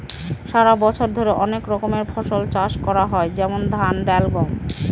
সারা বছর ধরে অনেক রকমের ফসল চাষ করা হয় যেমন ধান, ডাল, গম